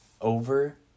over